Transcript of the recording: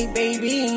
baby